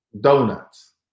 donuts